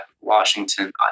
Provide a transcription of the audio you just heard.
Washington